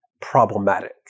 problematic